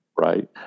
Right